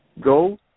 Go